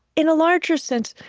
in a larger sense,